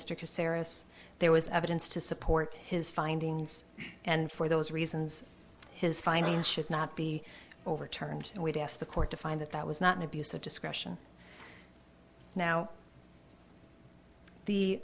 seris there was evidence to support his findings and for those reasons his findings should not be overturned and we'd asked the court to find that that was not an abuse of discretion now the